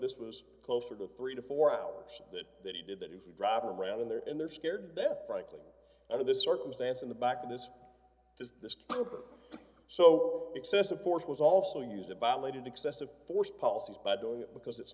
this was closer to three to four hours that that he did that if you drop around in there and they're scared to death frankly at this circumstance in the back of this is this so excessive force was also used it violated excessive force policies but don't because it's